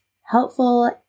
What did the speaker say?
helpful